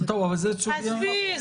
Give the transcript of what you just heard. עזבי,